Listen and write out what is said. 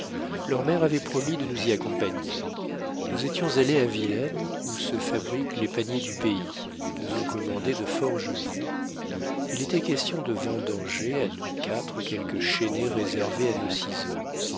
leur mère avait promis de nous y accompagner nous étions allés à villaines où se fabriquent les paniers du pays nous en commander de fort jolis il était question de vendanger à nous quatre quelques chaînées réservées à nos ciseaux